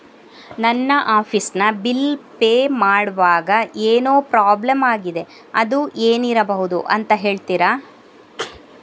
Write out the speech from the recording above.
ನನ್ನ ಆಫೀಸ್ ನ bill pay ಮಾಡ್ವಾಗ ಏನೋ ಪ್ರಾಬ್ಲಮ್ ಆಗಿದೆ ಅದು ಏನಿರಬಹುದು ಅಂತ ಹೇಳ್ತೀರಾ?